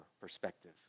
perspective